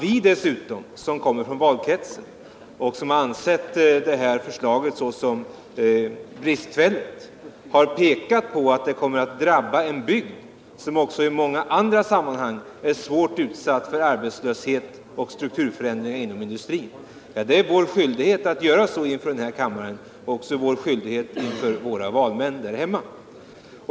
Vi som kommer ifrån valkretsen och som ansett det här förslaget vara bristfälligt har dessutom pekat på att det skulle komma att drabba en bygd som också i många andra sammanhang är utsatt för arbetslöshet och strukturförändringar inom industrin. Att framföra detta är vår skyldighet mot den här kammaren — och också vår skyldighet mot våra väljare därhemma.